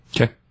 Okay